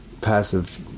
passive